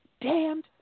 damned